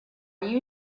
you